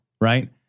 Right